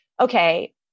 okay